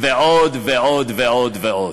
ועוד ועוד ועוד ועוד.